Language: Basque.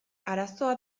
arazoa